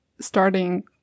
starting